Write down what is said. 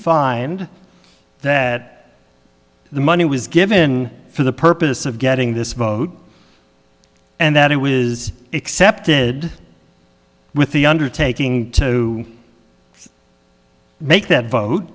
find that the money was given for the purpose of getting this vote and that it was accepted with the undertaking to make that